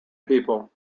people